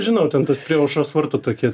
žinau ten tas prie aušros vartų tokie